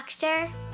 Doctor